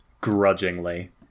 Grudgingly